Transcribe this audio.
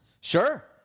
Sure